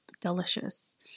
delicious